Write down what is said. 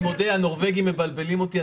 אני מודה, הנורבגים מבלבלים אותי.